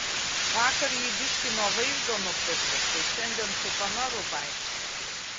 vakar jį biškį nuo vaizdo nupiso tai šiandien su fanaru vaikšto